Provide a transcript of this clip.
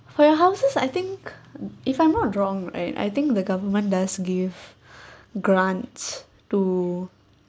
for your houses I think if I'm not wrong right I think the government does give grants to